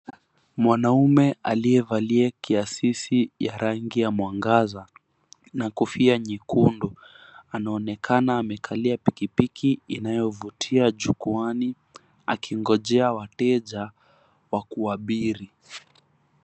Mwanaume aliyevalia kiasisi ya rangi ya mwangaza na kofia nyekundu anaonekana amekalia pikipiki inayovutia jukwani akingojaa wateja wa kuabiri.